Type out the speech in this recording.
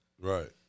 Right